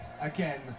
again